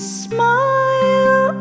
smile